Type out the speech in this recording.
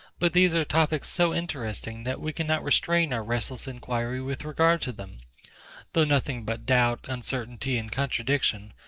but these are topics so interesting, that we cannot restrain our restless inquiry with regard to them though nothing but doubt, uncertainty, and contradiction,